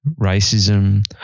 racism